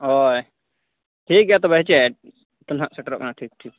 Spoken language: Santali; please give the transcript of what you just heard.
ᱦᱳᱭ ᱴᱷᱤᱠ ᱜᱮᱭᱟ ᱛᱚᱵᱮ ᱦᱮᱸᱥᱮ ᱛᱚᱱᱟᱦᱟᱜ ᱥᱮᱴᱮᱨᱚᱜ ᱠᱟᱱᱟ ᱴᱷᱤᱠ ᱴᱷᱤᱠ